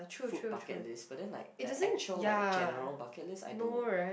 food bucket list but then like a actual like general bucket list I don't